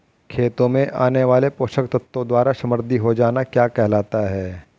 खेतों में आने वाले पोषक तत्वों द्वारा समृद्धि हो जाना क्या कहलाता है?